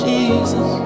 Jesus